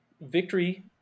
victory